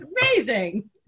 amazing